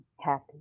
happy